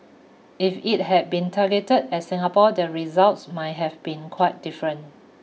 if it had been targeted at Singapore the results might have been quite different